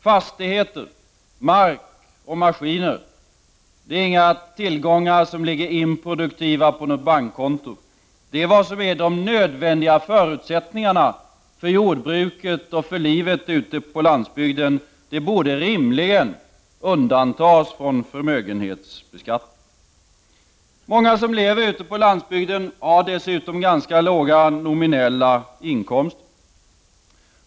Fastigheter, mark och maskiner är inte några tillgångar som ligger improduktiva på något bankkonto. Det är i stället de nödvändiga förutsättningarna för jordbruket och för livet ute på landsbygden. Detta borde rimligtvis undantas från förmögenhetsbeskattning. Många som lever ute på landsbygden har dessutom ganska låga nominella inkomster.